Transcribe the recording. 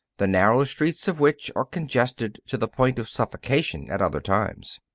the narrow streets of which are congested to the point of suffocation at other times.